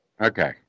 Okay